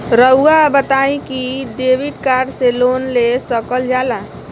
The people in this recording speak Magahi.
रहुआ बताइं कि डेबिट कार्ड से लोन ले सकल जाला?